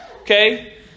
Okay